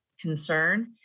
concern